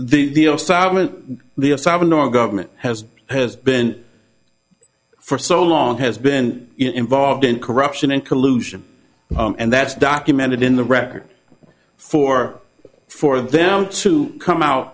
salvador government has has been for so long has been involved in corruption and collusion and that's documented in the record for for them to come out